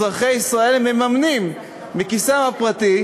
אזרחי ישראל מממנים מכיסם הפרטי,